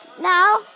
now